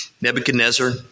Nebuchadnezzar